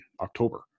October